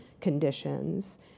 conditions